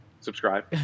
subscribe